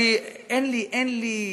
אין לי,